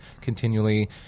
continually